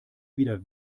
wieder